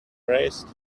raises